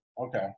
Okay